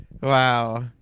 Wow